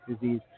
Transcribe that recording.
disease